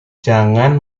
jangan